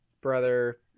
brother